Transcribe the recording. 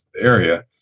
area